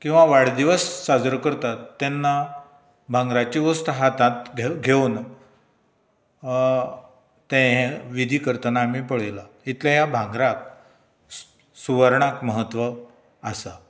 किंवां वाडदिवस साजरो करतात तेन्ना भांगराची वस्त हातांत घेवन ते विधी करतना आमी पळयलां तितलें ह्या भांगराक सुवर्णाक म्हत्व आसा